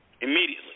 immediately